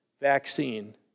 vaccine